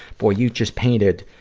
boy, you just painted